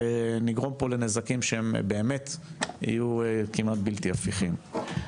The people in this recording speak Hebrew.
נגרום פה לנזקים שהם באמת יהיו כמעט בלתי הפיכים.